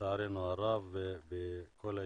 לצערנו הרב בכל היישובים.